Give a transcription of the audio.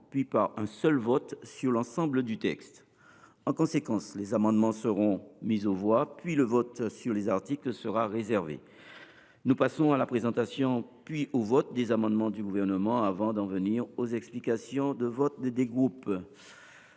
puis, par un seul vote, sur l’ensemble du texte. En conséquence, les amendements seront mis aux voix, puis le vote sur les articles sera réservé. Nous passons à la présentation, puis au vote, des amendements du Gouvernement avant d’en venir aux explications de vote des groupes.